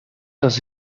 does